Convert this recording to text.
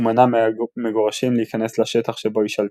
ומנעה מהמגורשים להיכנס לשטח שבו היא שלטה.